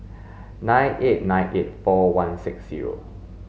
nine eight nine eight four one six zero